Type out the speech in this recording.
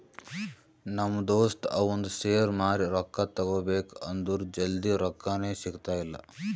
ನಮ್ ದೋಸ್ತ ಅವಂದ್ ಶೇರ್ ಮಾರಿ ರೊಕ್ಕಾ ತಗೋಬೇಕ್ ಅಂದುರ್ ಜಲ್ದಿ ರೊಕ್ಕಾನೇ ಸಿಗ್ತಾಯಿಲ್ಲ